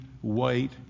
white